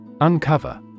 Uncover